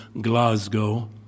Glasgow